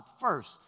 first